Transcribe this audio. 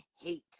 hate